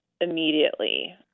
immediately